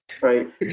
right